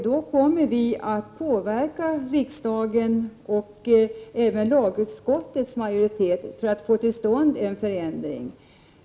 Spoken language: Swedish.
Därför kommer vi att försöka påverka riksdagen och lagutskottets majoritet för att få till stånd en förändring.